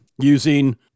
using